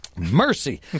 Mercy